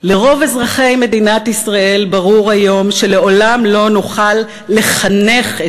לרוב אזרחי מדינת ישראל ברור היום שלעולם לא נוכל לחנך את